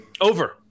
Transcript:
Over